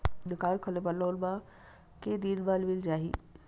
दुकान खोले बर लोन मा के दिन मा मिल जाही?